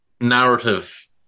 narrative